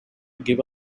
give